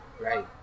right